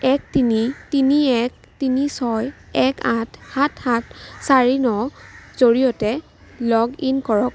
এক তিনি তিনি এক তিনি ছয় এক আঠ সাত সাত চাৰি ন ৰ জৰিয়তে লগ ইন কৰক